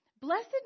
Blessed